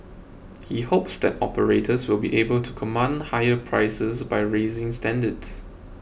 he hopes that operators will be able to command higher prices by raising standards